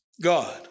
God